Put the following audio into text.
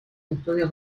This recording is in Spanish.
estudios